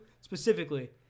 specifically